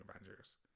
Avengers